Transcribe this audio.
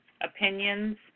opinions